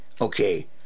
Okay